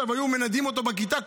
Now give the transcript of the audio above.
עכשיו היו מנדים אותו בכיתה,